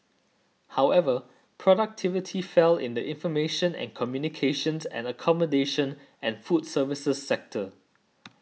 however productivity fell in the information and communications and accommodation and food services sectors